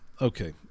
okay